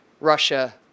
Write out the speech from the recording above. Russia